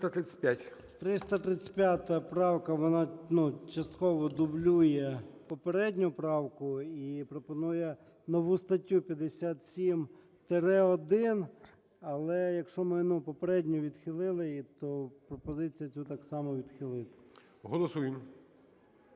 335 правка, вона частково дублює попередню правку і пропонує нову статтю – 57-1. Але якщо ми попередню відхилили, то пропозицію цю так само відхилити. ГОЛОВУЮЧИЙ.